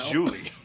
Julie